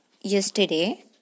yesterday